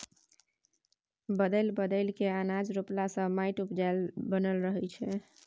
बदलि बदलि कय अनाज रोपला से माटि उपजाऊ बनल रहै छै